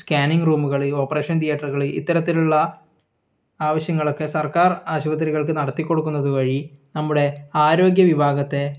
scanning റൂമുകൾ operation തിയേറ്ററുകൾ ഇത്തരത്തിലുള്ള ആവശ്യങ്ങളൊക്കെ സർക്കാർ ആശുപത്രികൾക്ക് നടത്തിക്കൊടുക്കുന്നത് വഴി നമ്മുടെ ആരോഗ്യ വിഭാഗത്തെ